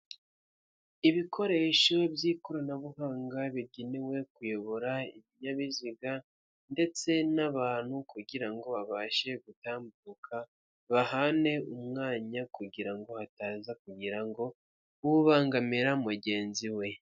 Ibikoresho by'ikoranabuhanga bigenewe kuyobora ibinyabiziga ndetse n'abantu kugira ngo babashe gutambuka, bahane umwanya kugira ngo hataza kugira ngo ubangamire mugenzi we.